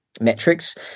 metrics